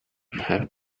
have